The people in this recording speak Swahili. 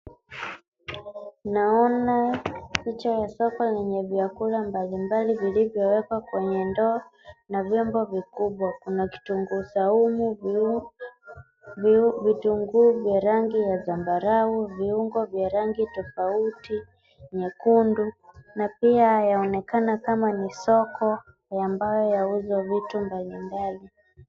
Naona picha ya soko lenye vyakula mbalimbali vilivyowekwa kwenye ndoo, na vyombo vikubwa. Kuna kitunguu saumu, vitunguu vya rangi ya zambarau, viungo vya rangi tofauti, nyekundu. Na pia yaonekana kama ni soko ambayo yauzwa vitu mbalimbali.